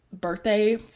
birthday